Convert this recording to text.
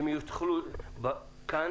כאן